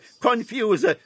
confuse